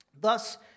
Thus